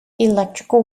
electrical